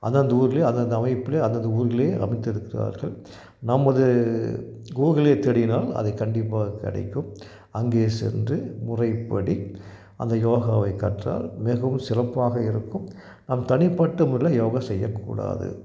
அந்தந்த ஊர்ல அது அந்த அமைப்புல அந்தந்த ஊர்ல அமைத்திருக்கிறார்கள் நமது கூகுளை தேடினால் அது கண்டிப்பாக கிடைக்கும் அங்கே சென்று முறைப்படி அந்த யோகாவை கற்றால் மிகவும் சிறப்பாக இருக்கும் நம் தனிப்பட்ட முறையில யோகா செய்யக்கூடாது